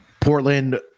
portland